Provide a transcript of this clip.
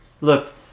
Look